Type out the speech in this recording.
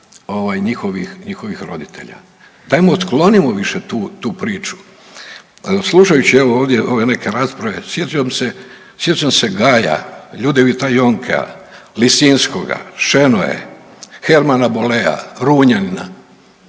njihovih roditelja. Dajmo otklonimo više tu priču. Slušajući evo ovdje ove neke rasprave sjećam se Gaja Ljudevita Jonkea, Lisinskoga, Šenoe, Hermana Bollea, Runjanina